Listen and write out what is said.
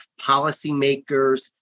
policymakers